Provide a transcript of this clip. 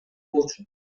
болчу